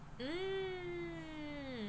mm